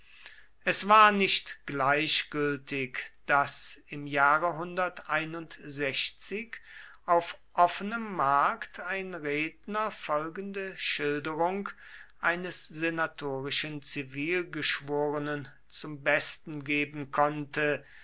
es war nicht gleichgültig daß im jahre auf offenem markt ein redner folgende schilderung eines senatorischen zivilgeschworenen zum besten geben konnte